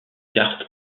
cartes